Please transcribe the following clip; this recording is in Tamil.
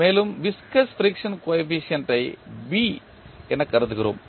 மேலும் விஸ்கஸ் ஃபிரிக்சன் கோஎபிசியன்ட் ஐ என கருதுகிறோம்